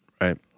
Right